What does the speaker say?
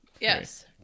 Yes